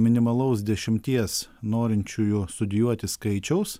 minimalaus dešimties norinčiųjų studijuoti skaičiaus